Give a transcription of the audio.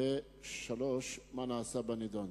3. מה נעשה בנדון?